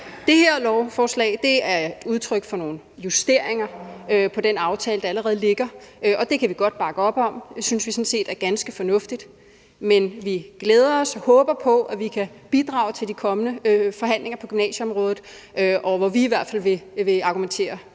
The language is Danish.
Det her lovforslag er et udtryk for nogle justeringer af den aftale, der allerede ligger, og det kan vi godt bakke op om. Det synes vi sådan set er ganske fornuftigt. Men vi glæder os til og håber på, at vi kan bidrage til de kommende forhandlinger på gymnasieområdet, hvor vi i hvert fald vil argumentere